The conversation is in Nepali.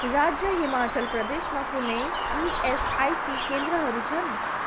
राज्य हिमाचल प्रदेशमा कुनै इएसआइसी केन्द्रहरू छन्